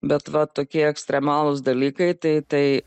bet va tokie ekstremalūs dalykai tai tai